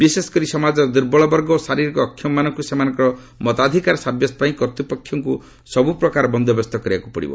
ବିଶେଷ କରି ସମାଜର ଦୁର୍ବଳ ବର୍ଗ ଓ ଶାରିରୀକ ଅକ୍ଷମମାନଙ୍କୁ ସେମାନଙ୍କର ସମତାଧିକାର ସାବ୍ୟସ୍ତ ପାଇଁ କର୍ତ୍ତପକ୍ଷଙ୍କୁ ସବୁପ୍ରକାର ବନ୍ଦୋବସ୍ତ କରିବାକୁ ପଡ଼ିବ